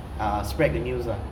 spread the news ah